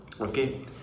okay